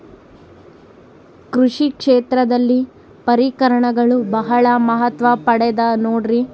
ಕೃಷಿ ಕ್ಷೇತ್ರದಲ್ಲಿ ಪರಿಕರಗಳು ಬಹಳ ಮಹತ್ವ ಪಡೆದ ನೋಡ್ರಿ?